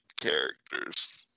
characters